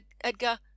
Edgar